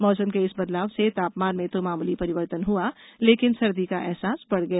मौसम के इस बदलाव से तापमान में तो मामुली परिवर्तन हुआ लेकिन सर्दी का अहसास बढ़ गया